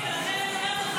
אני מכירה את